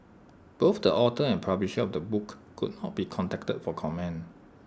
both the author and publisher of the book could not be contacted for comment